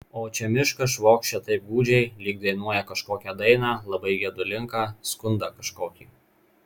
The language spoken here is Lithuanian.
o čia miškas švokščia taip gūdžiai lyg dainuoja kažkokią dainą labai gedulingą skundą kažkokį